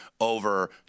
over